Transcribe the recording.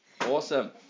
Awesome